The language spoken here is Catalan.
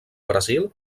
brasil